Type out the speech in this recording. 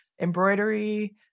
embroidery